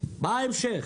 מה ההמשך?